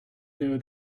know